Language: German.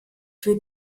für